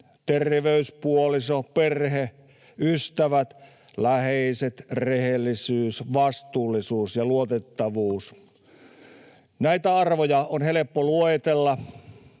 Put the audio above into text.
terveys, puoliso, perhe, ystävät, läheiset, rehellisyys, vastuullisuus ja luotettavuus. Näitä arvoja on helppo luetella,